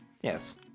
Yes